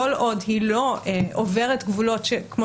כל עוד היא לא עוברת גבולות,